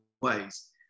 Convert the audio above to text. ways